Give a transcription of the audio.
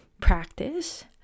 practice